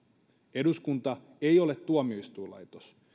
eduskunta ei ole tuomioistuinlaitos